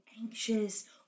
anxious